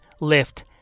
lift